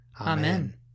Amen